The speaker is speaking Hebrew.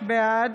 בעד